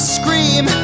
scream